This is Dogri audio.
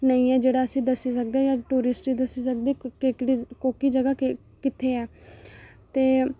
नेईं ऐ जेहड़ा असें गी दस्सी सकदा ऐ जां कि टूरिस्ट गी दस्सी सकदा ऐ कि कोह्की जगह कित्थे ऐ ते